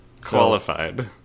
Qualified